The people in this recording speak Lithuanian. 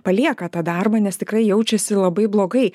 palieka tą darbą nes tikrai jaučiasi labai blogai